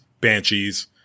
Banshees